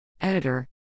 Editor